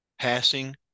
passing